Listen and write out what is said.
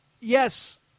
yes